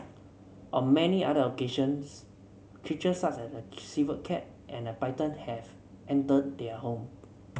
on many other occasions creatures such as a civet cat and a python have entered their home